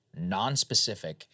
nonspecific